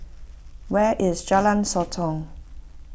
where is Jalan Sotong